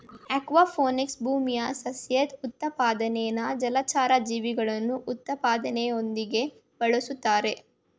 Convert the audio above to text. aquaponics ಭೂಮಿಯ ಸಸ್ಯದ್ ಉತ್ಪಾದನೆನಾ ಜಲಚರ ಜೀವಿಗಳ ಉತ್ಪಾದನೆಯೊಂದಿಗೆ ಬೆಳುಸ್ತಾರೆ